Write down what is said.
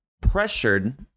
pressured